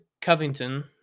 Covington